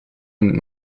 een